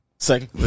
Second